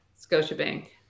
Scotiabank